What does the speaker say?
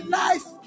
life